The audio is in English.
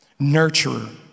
nurturer